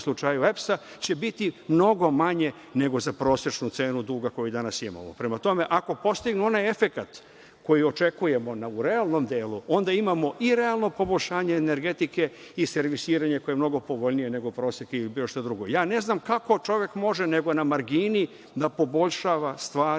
slučaju EPS-a će biti mnogo manje nego za prosečnu cenu duga koji danas imamo. Prema tome, ako postignemo onaj efekat koji očekujemo u realnom delu, onda imamo i realno poboljšanje energetike i servisiranje koje je mnogo povoljnije nego prosek ili bilo šta drugo. Ja ne znam kako čovek može, nego na margini, da poboljšava stvari,